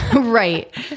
Right